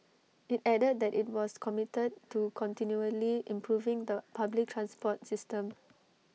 IT added that IT was committed to continually improving the public transport system